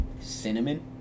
Cinnamon